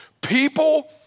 People